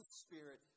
spirit